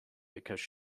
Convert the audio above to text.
because